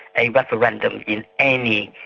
a referendum in any